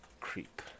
Creep